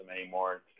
anymore